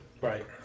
Right